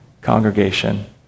congregation